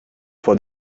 for